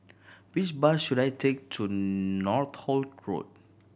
which bus should I take to Northolt Road